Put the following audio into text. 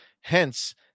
Hence